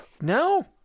No